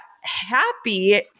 happy